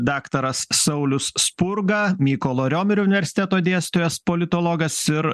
daktaras saulius spurga mykolo riomerio universiteto dėstytojas politologas ir